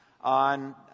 on